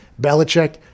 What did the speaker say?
Belichick